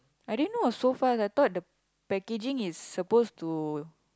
I didn't know was so fast I thought the packaging is supposed to